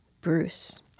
Bruce